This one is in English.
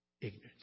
ignorance